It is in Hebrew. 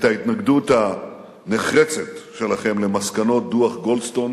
את ההתנגדות הנחרצת שלכם למסקנות דוח-גולדסטון,